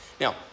Now